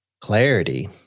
Clarity